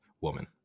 Woman